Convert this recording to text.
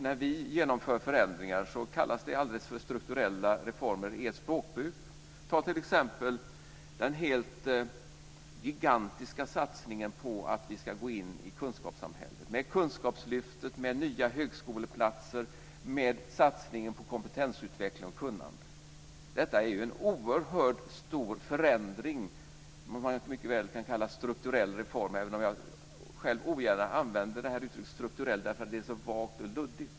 När vi genomför förändringar kallas de aldrig för strukturella reformer i ert språkbruk. Ett exempel på det är den helt gigantiska satsningen på att vi ska gå in i kunskapssamhället, med kunskapslyftet, nya högskoleplatser, med satsningen på kompetensutveckling och kunnande. Det är en oerhört stor förändring som man mycket väl kan kalla en strukturell reform, även om jag själv ogärna använder uttrycket strukturell eftersom det är så vagt och luddigt.